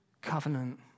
Covenant